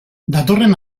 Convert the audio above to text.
datorren